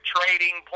Trading